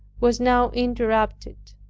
was now interrupted.